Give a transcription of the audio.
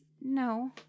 No